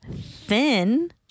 thin